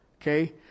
Okay